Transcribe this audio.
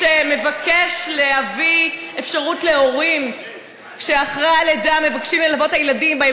שמבקש להביא אפשרות להורים שאחרי הלידה מבקשים ללוות את הילדים לבדיקות,